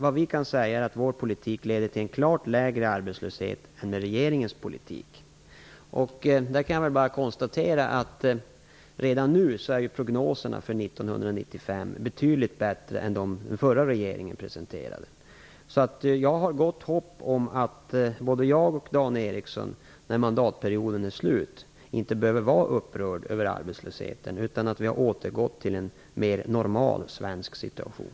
Vad vi kan säga är att vår politik leder till en klart lägre arbetslöshet än regeringens politik. Jag kan bara konstatera att prognoserna för 1995 redan nu är betydligt bättre än de som den förra regeringen presenterade. Jag har gott hopp om att varken jag eller Dan Ericsson behöver vara upprörd över arbetslösheten när mandatperioden är slut, utan att vi har återgått till en mer normal svensk situation.